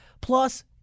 Plus